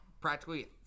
practically